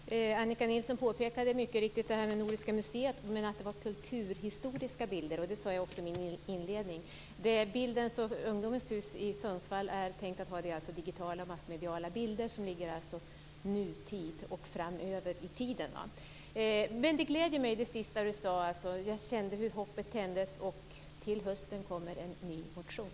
Fru talman! Annika Nilsson påpekade mycket riktigt det här med Nordiska museet, men att det var kulturhistoriska bilder. Det sade jag också i min inledning. Det Bildens och ungdomens hus i Sundsvall är tänkt att ha är digitala och massmediala bilder. Det ligger alltså i nutiden och framöver i tiden. Men det sista Annika Nilsson sade gläder mig. Jag kände hur hoppet tändes, och till hösten kommer en ny motion.